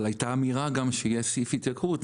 אבל הייתה אמירה שיש סעיף התייקרות,